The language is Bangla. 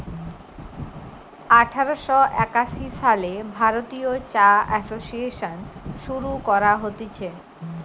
আঠার শ একাশি সালে ভারতীয় চা এসোসিয়েসন শুরু করা হতিছে